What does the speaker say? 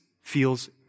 feels